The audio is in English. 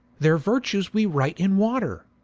their vertues we write in water.